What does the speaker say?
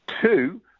Two